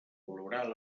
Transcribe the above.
valorar